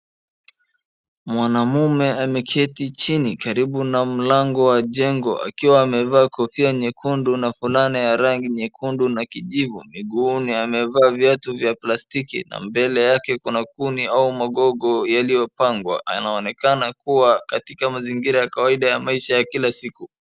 Mwanamume ameketi chini karibu na mlango wa jengo akiwa ameva kofia nyekundu na fulana ya rangi nyekundu na kijivu. Miguuni amevaa viatu vya plastiki na mbele yake kuna kuni au magogo yalipangwa. Anaonekana kuwa katika mazingira ya kawaida ya maisha ya kila siku.